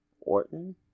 Orton